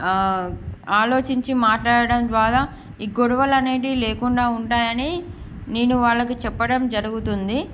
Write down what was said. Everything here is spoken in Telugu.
ఆలోచించి మాట్లాడడం ద్వారా ఈ గొడవలు అనేటివి లేకుండా ఉంటాయని నేను వాళ్లకు చెప్పడం జరుగుతుంది